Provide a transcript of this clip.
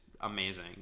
amazing